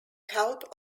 help